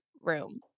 room